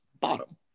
bottom